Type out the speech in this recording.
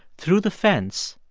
through the fence,